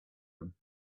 him